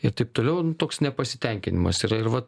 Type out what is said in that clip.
ir taip toliau toks nepasitenkinimas yra ir vat